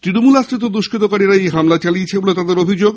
তৃণমূল আশ্রিত দুষ্কতীরাই এই হামলা চালিয়েছে বলে তাঁদের অভিযোগ